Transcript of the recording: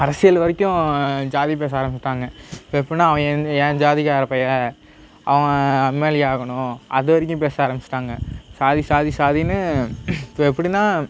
அரசியல் வரைக்கும் ஜாதி பேச ஆரம்மிச்சிட்டாங்க இப்போ எப்படின்னால் அவன் என் ஜாதிக்கார பயல் அவன் எம்எல்ஏ ஆகணும் அது வரைக்கும் பேச ஆரம்மிச்சிட்டாங்க சாதி சாதி சாதினு இப்போ எப்படின்னால்